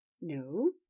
No